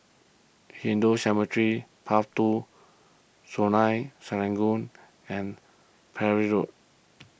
Hindu Cemetery Path two Sungei Serangoon and Parry Road